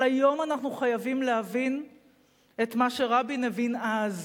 אבל היום אנחנו חייבים להבין את מה שרבין הבין אז,